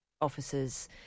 officers